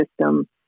system